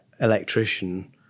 electrician